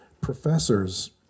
professors